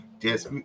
Yes